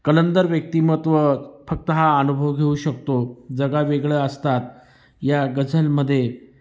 कलंदर व्यक्तिमत्त्व फक्त हा अनुभव घेऊ शकतो जगावेगळं असतात या गझलमध्ये